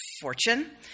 fortune